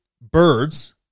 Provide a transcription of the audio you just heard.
birds